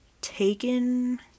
taken